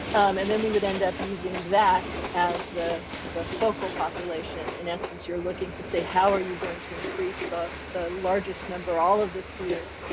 and then we would end up using that as the the focal population. in essence, you're looking to say, how are you going to increase the the largest number all of the students